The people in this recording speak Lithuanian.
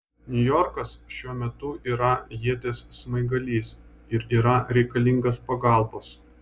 niujorkas šiuo metu yra ieties smaigalys ir yra reikalingas pagalbos